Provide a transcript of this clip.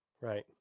Right